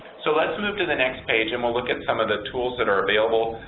so let's move to the next page and we'll look at some of the tools that are available.